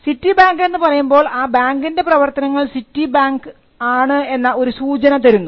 city bank എന്ന് പറയുമ്പോൾ ആ ബാങ്കിൻറെ പ്രവർത്തനങ്ങൾ സിറ്റി ബാങ്ക് ആണ് എന്ന് ഒരു സൂചന തരുന്നു